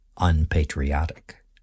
unpatriotic